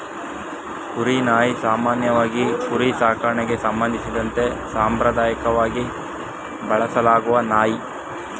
ಕುರಿ ನಾಯಿ ಸಾಮಾನ್ಯವಾಗಿ ಕುರಿ ಸಾಕಣೆಗೆ ಸಂಬಂಧಿಸಿದಂತೆ ಸಾಂಪ್ರದಾಯಕವಾಗಿ ಬಳಸಲಾಗುವ ನಾಯಿ